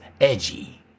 edgy